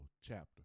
chapter